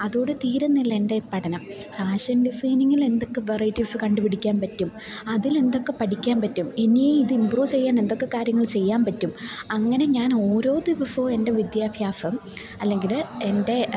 അതോടെ തീരുന്നില്ല എൻ്റെ ഈ പഠനം ഫാഷൻ ഡിസൈനിങ്ങിൽ എന്തൊക്കെ വെറൈറ്റീസ് കണ്ടുപിടിക്കാന് പറ്റും അതിലെന്തൊക്കെ പഠിക്കാന് പറ്റും ഇനിയിത് ഇമ്പ്രൂവ് ചെയ്യാൻ എന്തൊക്കെ കാര്യങ്ങൾ ചെയ്യാന് പറ്റും അങ്ങനെ ഞാനോരോ ദിവസവും എൻ്റെ വിദ്യാഭ്യാസം അല്ലെങ്കില് എൻ്റെ